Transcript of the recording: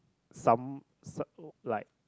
some some like